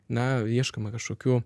na ieškoma kažkokių